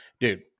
dude